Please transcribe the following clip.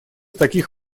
таких